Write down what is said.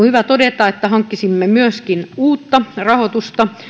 hyvä todeta että hankkisimme myöskin uutta rahoitusta